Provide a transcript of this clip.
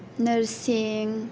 नोरसिं